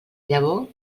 llavor